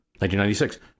1996